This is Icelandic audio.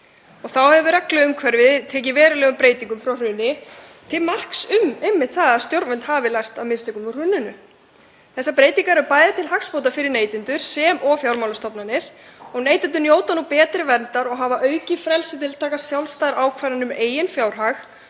Þá hefur regluumhverfið tekið verulegum breytingum frá hruni til marks um einmitt það að stjórnvöld hafa lært af mistökunum í hruninu. Þessar breytingar eru bæði til hagsbóta fyrir neytendur sem og fjármálastofnanir og neytendur njóta nú betri verndar og hafa aukið frelsi til að taka sjálfstæðar ákvarðanir um eigin fjárhag